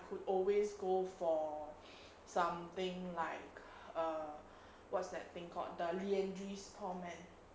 or I could always go for something like err what's that thing called the liandry's torment